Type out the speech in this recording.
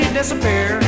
disappear